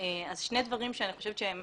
אז שני דברים שאני חושבת שהם